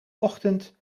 ochtend